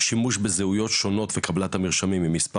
שימוש בזהויות שונות בקבלת המרשמים ממספר